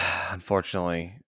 unfortunately